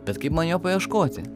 bet kai man jo paieškoti